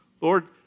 Lord